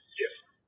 different